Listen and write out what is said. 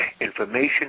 information